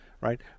right